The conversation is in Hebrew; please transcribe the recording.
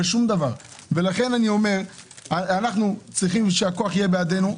לכן אנחנו צריכים שהכוח יהיה בידינו.